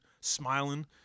smiling